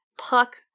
Puck